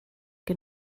que